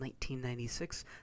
1996